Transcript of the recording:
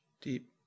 deep